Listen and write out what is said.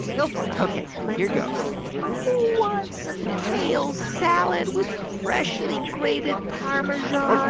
go for it ok, here goes. who wants some kale salad with freshly grated parmesan?